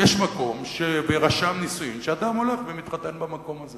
יש מקום ורשם נישואים, ואדם הולך ומתחתן במקום הזה